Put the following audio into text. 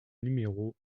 numéro